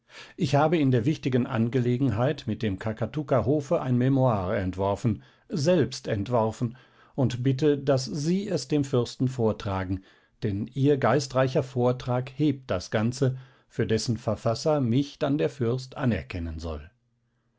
ich habe in der wichtigen angelegenheit mit dem kakatukker hofe ein memoire entworfen selbst entworfen und bitte daß sie es dem fürsten vortragen denn ihr geistreicher vortrag hebt das ganze für dessen verfasser mich dann der fürst anerkennen soll